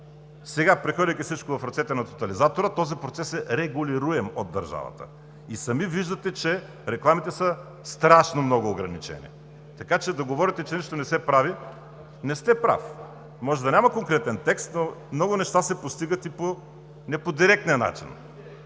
Сега, прехвърляйки всичко в ръцете на Тотализатора, този процес е регулируем от държавата и сами виждате, че рекламите са ограничени страшно много, така че да говорите, че нищо не се прави, не сте прав. Може да няма конкретен текст, но много неща се постигат и не по директния начин.